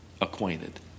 acquainted